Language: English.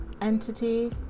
entity